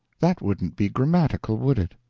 that wouldn't be grammatical, would it?